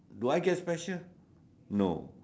do I get special no